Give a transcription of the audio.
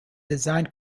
design